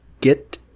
get